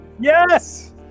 Yes